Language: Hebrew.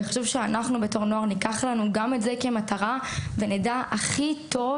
חשוב שאנחנו כנוער ניקח גם את זה כמטרה ונדע הכי טוב